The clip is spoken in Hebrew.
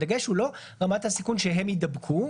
הדגש הוא לא רמת הסיכון שהם יידבקו,